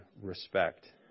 respect